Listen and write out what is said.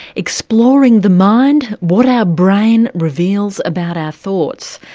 exploring the mind what our brain reveals about our thoughts.